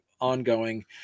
ongoing